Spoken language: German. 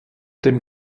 dem